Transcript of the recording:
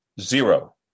Zero